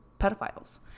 pedophiles